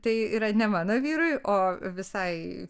tai yra ne mano vyrui o visai